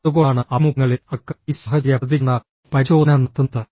അതുകൊണ്ടാണ് അഭിമുഖങ്ങളിൽ അവർക്ക് ഈ സാഹചര്യ പ്രതികരണ പരിശോധന നടത്തുന്നത്